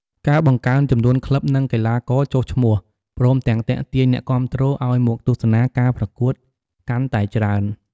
ការបង្កើនចំនួនក្លឹប និងកីឡាករចុះឈ្មោះ ព្រមទាំងទាក់ទាញអ្នកគាំទ្រឱ្យមកទស្សនាការប្រកួតកាន់តែច្រើន។